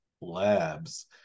labs